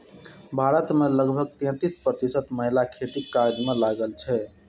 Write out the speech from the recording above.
भारत मे लगभग तैंतीस प्रतिशत महिला खेतीक काज मे लागल छै